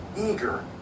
eager